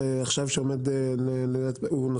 עכשיו כתוצאה מהשינוי וזה ששמתם את זה בתוספת ויצרתם